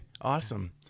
awesome